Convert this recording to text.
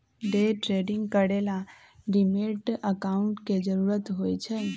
day trading करे ला demat account के जरूरत होई छई